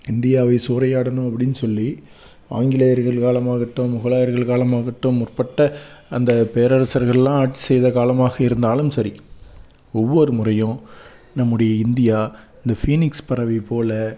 இந்தியாவை சூறையாடணும் அப்படினு சொல்லி ஆங்கிலேயர்கள் காலம் ஆகட்டும் முகலாயர்கள் காலம் ஆகட்டும் முற்பட்ட அந்த பேரரசர்கள் எல்லாம் ஆட்சி செய்த காலமாக இருந்தாலும் சரி ஒவ்வொரு முறையும் நம்முடைய இந்தியா இந்த ஃபீனிக்ஸ் பறவை போல்